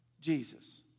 Jesus